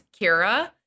Kira